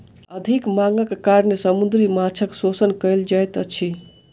अधिक मांगक कारणेँ समुद्री माँछक शोषण कयल जाइत अछि